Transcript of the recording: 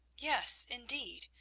yes, indeed,